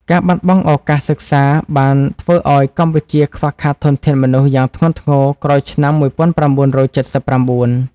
ការបាត់បង់ឱកាសសិក្សាបានធ្វើឱ្យកម្ពុជាខ្វះខាតធនធានមនុស្សយ៉ាងធ្ងន់ធ្ងរក្រោយឆ្នាំ ១៩៧៩។